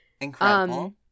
Incredible